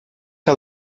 que